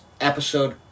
episode